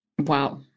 Wow